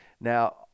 Now